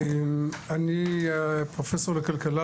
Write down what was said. אני פרופסור לכלכלה,